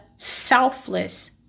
selfless